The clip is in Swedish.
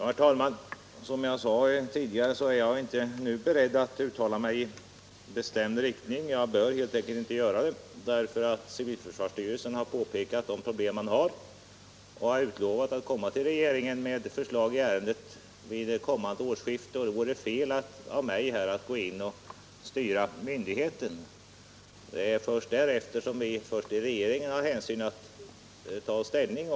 Herr talman! Som jag sade tidigare är jag inte nu beredd att uttala mig i bestämd riktning. Jag bör helt enkelt inte göra det, eftersom civilförsvarsstyrelsen pekat på de problem man har och lovat att komma till regeringen med förslag i ärendet vid nästa årsskifte. Det vore fel av mig att här gå in och styra myndigheten. Det är först sedan vi fått det förslaget som vi i regeringen har att ta ställning.